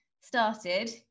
started